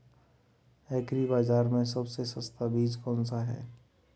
Agree बाज़ार में सबसे सस्ता बीज कौनसा है?